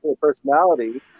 personality